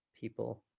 people